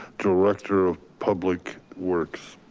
director of public works.